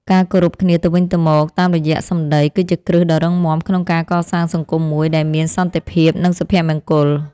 ការគោរពគ្នាទៅវិញទៅមកតាមរយៈសម្តី គឺជាគ្រឹះដ៏រឹងមាំក្នុងការកសាងសង្គមមួយដែលមានសន្តិភាពនិងសុភមង្គល។